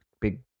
big